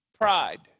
pride